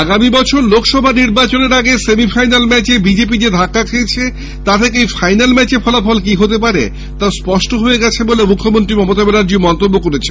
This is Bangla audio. আগামী বছর লোকসভা নির্বাচনের আগে সেমিফাইনাল ম্যাচে বিজেপি যে ধাক্কা খেয়েছে তা থেকেই ফাইনাল ম্যাচে ফলাফল কি হতে পারে তা স্পষ্ট হয়ে গিয়েছে বলে মুখ্যমন্ত্রী মমতা ব্যানার্জী মন্তব্য করেছেন